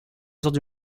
heures